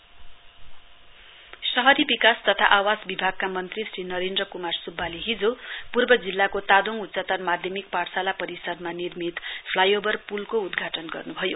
flyover bridge inauguration शहरी विकास तथा आवास विभाकका मन्त्री श्री नरेन्द्र कुमार सुब्बाले हिजो पूर्व जिल्लाको तादोङ उच्चतर माध्यमिक पाठशाला परिसरमा निर्मित फ्लाइओभर पुलको उद्घाटन गर्नुभयो